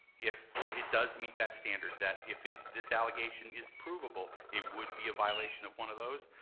if it does meet that standard, that if it's, this allegation is provable, it would be a violation of one of those,